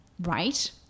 Right